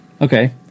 Okay